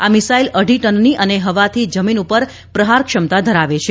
આ મિસાઇલ અઢી ટનની અને હવાથી જમીન પર પ્રહાર ક્ષમતા ધરાવે છે